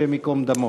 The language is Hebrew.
השם ייקום דמו.